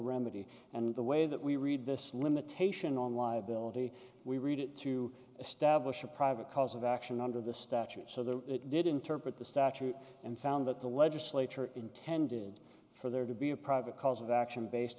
remedy and the way that we read this limitation on liability we read it to establish a private cause of action under the statute so that it did interpret the statute and found that the legislature intended for there to be a private cause of action based